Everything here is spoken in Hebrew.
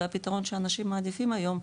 זה הפתרון שאנשים מעדיפים היום,